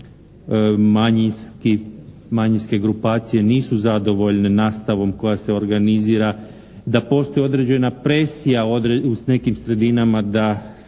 manjinske grupacije nisu zadovoljne nastavom koja se organizira, da postoji određena presija u nekim sredinama da